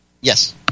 Yes